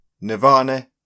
Nirvana